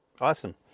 Awesome